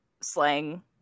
slang